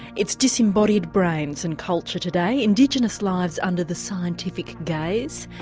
it's disembodied brains and culture today, indigenous lives under the scientific gaze.